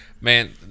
Man